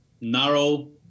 narrow